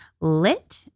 lit